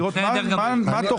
לראות מה התוכניות.